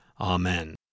Amen